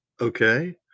Okay